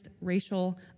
racial